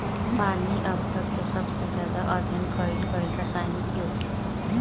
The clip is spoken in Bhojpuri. पानी अब तक के सबसे ज्यादा अध्ययन कईल गईल रासायनिक योगिक ह